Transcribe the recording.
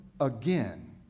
again